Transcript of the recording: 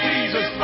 Jesus